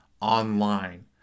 online